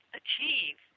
achieve